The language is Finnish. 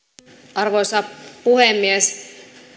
arvoisa puhemies